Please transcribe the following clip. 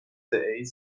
ایدز